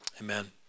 amen